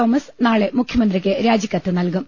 Thomas നാളെ മുഖ്യമന്ത്രിക്ക് രാജിക്കത്ത് നൽകും